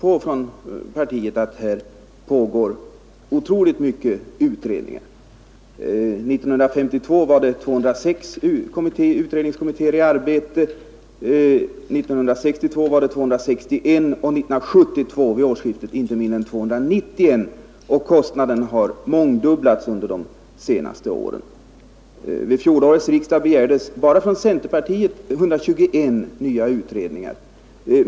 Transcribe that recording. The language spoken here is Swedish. År 1952 var 206 utredningskommittéer i arbete, 1962 var det 261 och vid årsskiftet 1971—1972 inte mindre än 291. Kostnaden härför har mångdubblats under de senaste åren. Vid fjolårets riksdag begärdes bara från centerpartiet 121 nya utredningar.